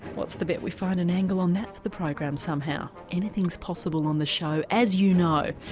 what's the bet we find an angle on that for the program somehow anything's possible on this show as you know.